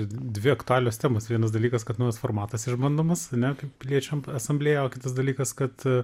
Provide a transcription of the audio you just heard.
dvi aktualios temos vienas dalykas kad naujas formatas išbandomas ar ne kaip piliečiam asamblėja o kitas dalykas kad